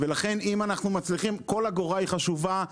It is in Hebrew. לכן אם אנחנו מצליחים כל אגורה היא חשובה,